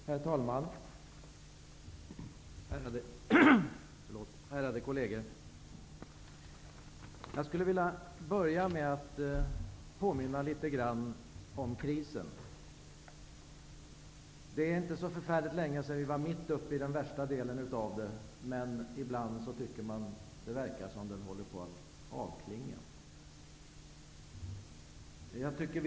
Herr talman! Ärade kolleger! Låt mig börja med att påminna litet grand om krisen. Det är inte så förfärligt länge sedan vi var mitt uppe i den värsta delen av den, men ibland tycker man att det verkar som om den håller på att avklinga.